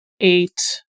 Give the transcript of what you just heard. eight